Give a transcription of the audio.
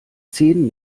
zehn